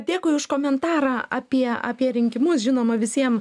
dėkui už komentarą apie apie rinkimus žinoma visiem